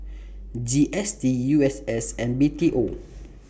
G S T U S S and B T O